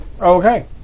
Okay